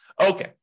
Okay